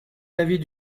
l’avis